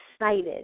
excited